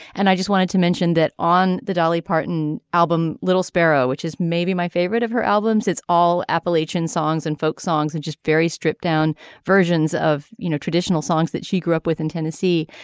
and i just wanted to mention that on the dolly parton album little sparrow which is maybe my favorite of her albums it's all appalachian songs and folk songs and just very stripped down versions of you know traditional songs that she grew up with in tennessee.